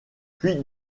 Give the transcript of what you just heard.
puis